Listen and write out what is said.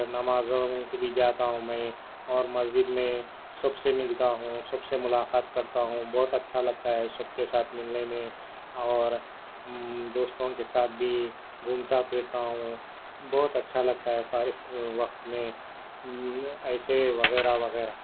نمازوں کو بھی جاتا ہوں میں اور مسجد میں سب سے ملتا ہوں سب سے ملاقات کرتا ہوں بہت اچھا لگتا ہے سب کے ساتھ ملنے میں اور دوستوں کے ساتھ بھی گھومتا پھرتا ہوں بہت اچھا لگتا ہے فارغ وقت میں ایسے وغیرہ وغیرہ